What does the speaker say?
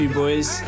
boys